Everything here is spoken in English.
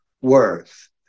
worth